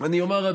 אני אומר,